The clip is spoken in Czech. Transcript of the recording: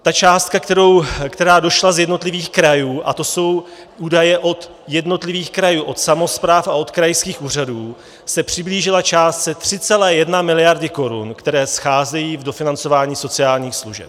Ta částka, která došla z jednotlivých krajů a to jsou údaje od jednotlivých krajů, od samospráv a od krajských úřadů se přiblížila částce 3,1 miliardy korun, které scházejí k dofinancování sociálních služeb.